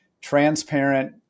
transparent